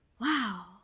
Wow